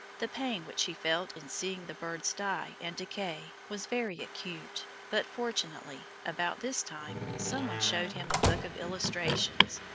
the pain which he felt in seeing the birds die and decay was very acute, but, fortunately, about this time some one showed him a book of illustrations,